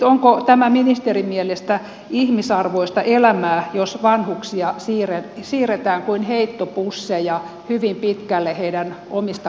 onko tämä ministerin mielestä ihmisarvoista elämää jos vanhuksia siirretään kuin heittopusseja hyvin pitkälle heidän omista kotikunnistaan